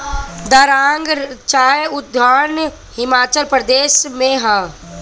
दारांग चाय उद्यान हिमाचल प्रदेश में हअ